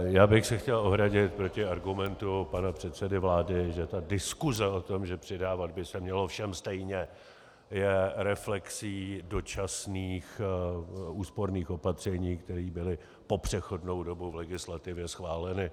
Chtěl bych se ohradit proti argumentu pana předsedy vlády, že ta diskuse o tom, že přidávat by se mělo všem stejně, je reflexí dočasných úsporných opatření, která byla po přechodnou dobu legislativy schválena.